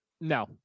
No